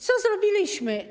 Co zrobiliśmy?